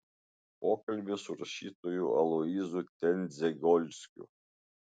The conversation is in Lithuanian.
pokalbis su rašytoju aloyzu tendzegolskiu